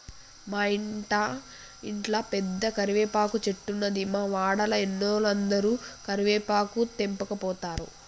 మా ఇంట్ల పెద్ద కరివేపాకు చెట్టున్నది, మా వాడల ఉన్నోలందరు కరివేపాకు తెంపకపోతారు